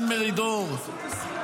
ובדן מרידור אני אסיים,